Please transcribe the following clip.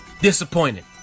Disappointed